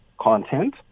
content